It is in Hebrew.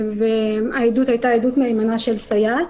העדות הייתה עדות מהימנה של סייעת.